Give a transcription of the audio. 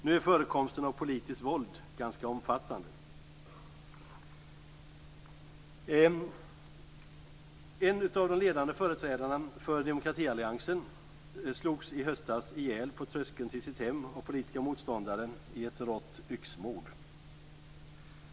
Nu är förekomsten av politiskt våld ganska omfattande. En av de ledande företrädarna för demokratialliansen slogs i höstas ihjäl på tröskeln till sitt hem av politiska motståndare i ett rått yxmord.